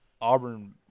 auburn